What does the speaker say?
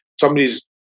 somebody's